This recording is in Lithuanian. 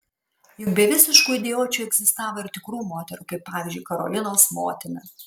juk be visiškų idiočių egzistavo ir tikrų moterų kaip pavyzdžiui karolinos motina